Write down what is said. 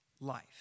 life